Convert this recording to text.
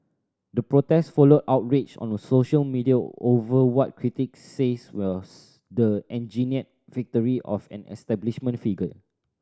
the protest followed outrage on a social media over what critics says was the engineered victory of an establishment figure